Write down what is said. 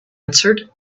answered